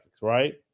right